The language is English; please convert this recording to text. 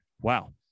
wow